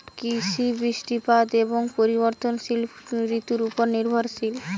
কৃষি বৃষ্টিপাত এবং পরিবর্তনশীল ঋতুর উপর নির্ভরশীল